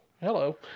Hello